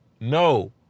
No